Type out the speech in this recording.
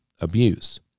abuse